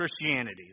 Christianity